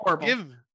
give